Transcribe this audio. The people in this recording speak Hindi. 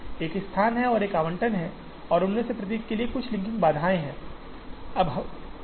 एक स्थान है और एक आवंटन है और उनमें से प्रत्येक के लिए कुछ लिंकिंग बाधाएं हैं